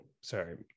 sorry